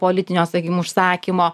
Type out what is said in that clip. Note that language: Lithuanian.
politinio sakykim užsakymo